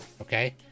okay